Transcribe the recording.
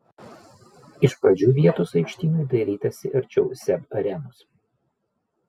iš pradžių vietos aikštynui dairytasi arčiau seb arenos